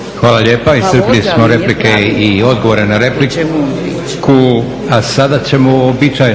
Hvala lijepo. Iscrpili smo replike i odgovore na repliku.